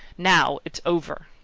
now, it's over!